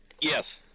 Yes